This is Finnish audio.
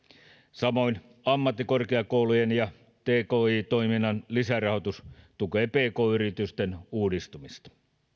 samoin ammattikorkeakoulujen ja tki toiminnan lisärahoitus tukee pk yritysten uudistumista